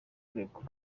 uregwa